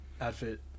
outfit